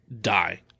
die